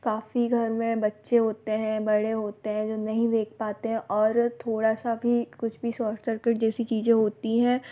काफ़ी घर में बच्चे होते हैं बड़े होते हैं जो नहीं देख पाते हैं और थोड़ा सा भी कुछ भी साॅर्ट सर्किट जैसी चीज़ें होती हैं